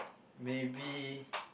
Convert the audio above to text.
maybe